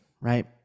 right